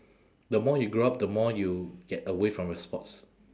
the more you grow up the more you get away from the sports